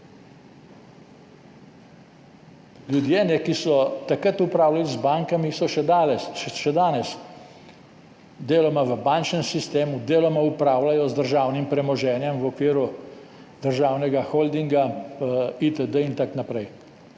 Ljudje, ki so takrat upravljali z bankami, so še danes deloma v bančnem sistemu, deloma upravljajo z državnim premoženjem v okviru državnega holdinga in tako naprej.